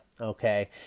Okay